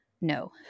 no